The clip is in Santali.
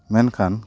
ᱢᱮᱱᱠᱷᱟᱱ